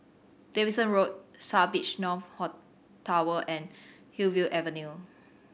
Davidson Road South Beach North Tower and Hillview Avenue